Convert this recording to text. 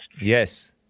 Yes